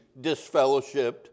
disfellowshipped